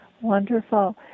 wonderful